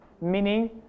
meaning